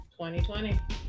2020